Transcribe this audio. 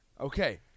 Okay